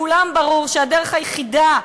לכולם ברור שהדרך היחידה,